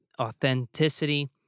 authenticity